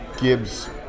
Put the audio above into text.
Gibbs